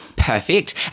Perfect